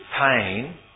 pain